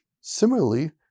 similarly